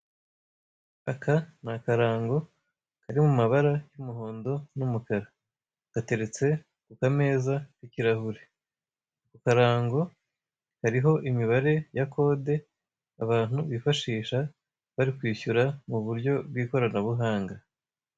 Aka ni akarango kari mu mabara y'umuhondo n'umukara gateretse ku kameza k'ikirahure akarango kariho imibare ya kode abantu bifashisha bari kwishyura mu buryo bw'ikoranabuhanga.